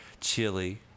Chili